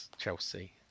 Chelsea